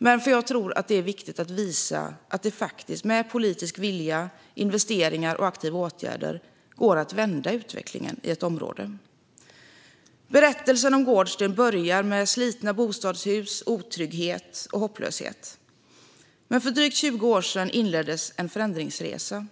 men för att jag tror att det är viktigt att visa att det faktiskt med politisk vilja, investeringar och aktiva åtgärder går att vända utvecklingen i ett område. Berättelsen om Gårdsten börjar med slitna bostadshus, otrygghet och hopplöshet. Men för drygt 20 år sedan inleddes en förändringsresa.